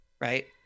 Right